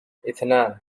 إثنان